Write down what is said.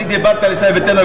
אני דיברתי על ישראל ביתנו,